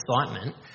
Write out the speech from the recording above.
excitement